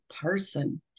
person